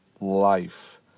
life